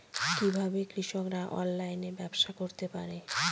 কিভাবে কৃষকরা অনলাইনে ব্যবসা করতে পারে?